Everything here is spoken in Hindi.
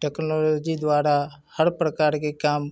टेक्नोलॉजी द्वारा हर प्रकार के काम